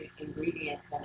ingredients